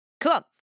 Cool